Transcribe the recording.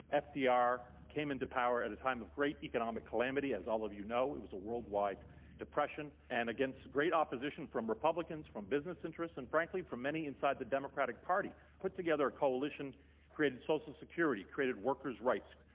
fdr came into power at a time of great economic calamity, as all of you know. it was a worldwide depression. and against great opposition from republicans, from business interests, and frankly, from many inside the democratic party, put together a coalition created social security, created workers' rights,